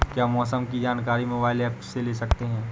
क्या मौसम की जानकारी मोबाइल ऐप से ले सकते हैं?